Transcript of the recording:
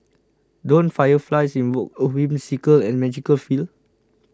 don't fireflies invoke a whimsical and magical feel